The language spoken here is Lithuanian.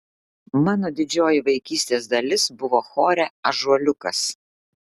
mano didžioji vaikystės dalis buvo chore ąžuoliukas